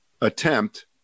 attempt